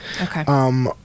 Okay